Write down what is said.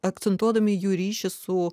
akcentuodami jų ryšį su